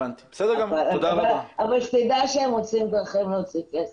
תדע שהם מוצאים דרך להוציא כסף.